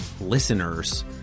listeners